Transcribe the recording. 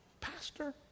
pastor